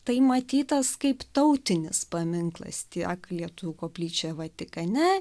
tai matytas kaip tautinis paminklas tiek lietuvių koplyčia vatikane